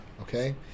Okay